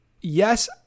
yes